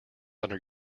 under